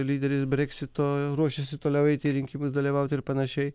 lyderis breksito ruošėsi toliau eiti į rinkimus dalyvauti ir panašiai